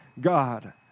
God